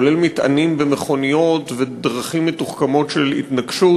כולל מטענים ומכוניות ודרכים מתוחכמות של התנגשות.